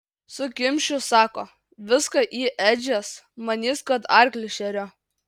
sukimšiu sako viską į ėdžias manys kad arklius šeriu